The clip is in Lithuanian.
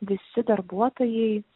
visi darbuotojai